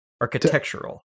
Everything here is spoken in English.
architectural